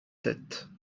têtes